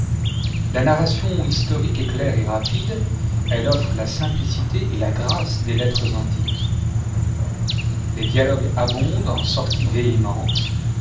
la narration historique est claire et rapide elle offre la simplicité et la grâce des lettres antiques les dialogues abondent en sorties véhémentes